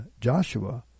Joshua